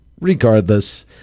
regardless